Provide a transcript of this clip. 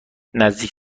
نزدیک